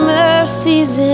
mercies